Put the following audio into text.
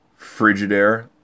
Frigidaire